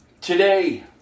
today